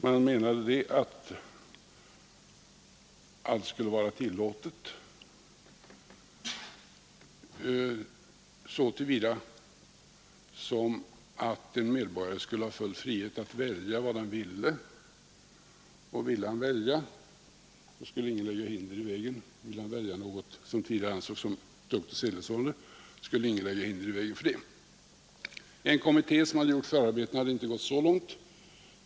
Man har menat att allt skulle vara tillåtet, så till vida som en medborgare skulle ha full frihet att välja vad han ville och ingen skulle lägga hinder i vägen för hans val. Om han ville välja något som tidigare ansetts som tuktoch sedlighetssårande, så skulle ingen hindra honom från det. En kommitté som hade gjort förarbetena hade inte gått så långt.